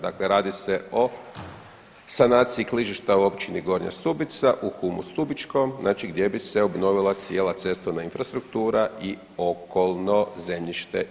Dakle, radi se o sanaciji klizišta u općini Gornja Stubica u Humu Stubičkom znači gdje bi se obnovila cijela cestovna infrastruktura i okolno zemljište.